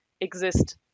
exist